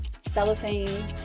Cellophane